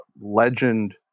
legend